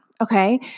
Okay